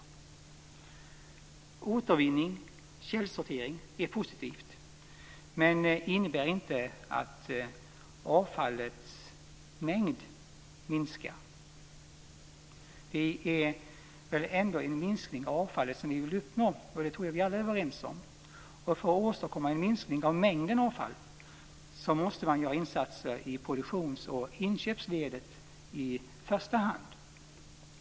Det är positivt med återvinning och källsortering. Men det innebär inte att avfallets mängd minskar. Det är väl ändå en minskning av avfallet vi vill uppnå. Det tror jag att vi alla är överens om. Och för att åstadkomma en minskning av mängden avfall måste man göra insatser i produktions och inköpsleden i första hand.